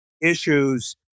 issues